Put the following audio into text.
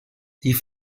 die